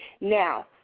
Now